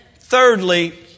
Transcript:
Thirdly